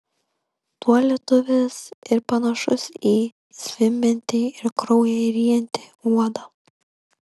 tuo lietuvis ir panašus į zvimbiantį ir kraują ryjantį uodą